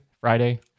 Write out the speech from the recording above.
Friday